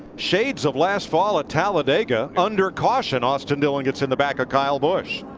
shades of last fall at talladega. under caution austin dillon gets in the back of kyle busch.